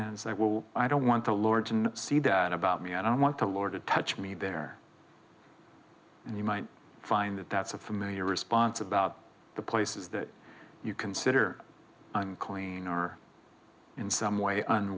and so i will i don't want the lord to see that about me i don't want the lord to touch me there and you might find that that's a familiar response about the places that you consider unclean or in some way